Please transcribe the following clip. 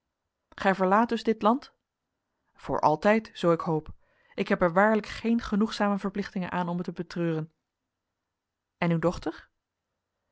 gij verlaat dus dit land voor altijd zoo ik hoop ik heb er waarlijk geen genoegzame verplichtingen aan om het te betreuren en uw dochter